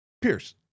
Pierce